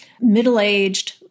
middle-aged